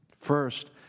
First